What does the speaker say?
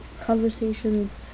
Conversations